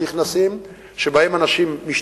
שנכנסים אליהן אנשים,